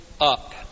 up